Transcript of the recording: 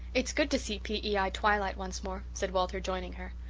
it's good to see p e i. twilight once more, said walter, joining her.